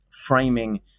framing